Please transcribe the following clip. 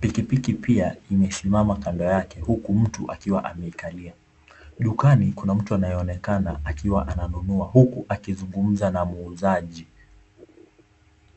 pikipiki pia imesimama kando yake huku mtu akiwa ameikalia. Dukani kunaonekana mtu anayenunua huku akizungumza na muuzaji.